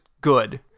good